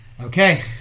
Okay